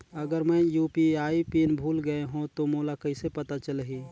अगर मैं UPI PIN भुल गये हो तो मोला कइसे पता चलही?